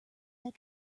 that